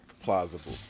plausible